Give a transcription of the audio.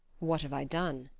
what have i done?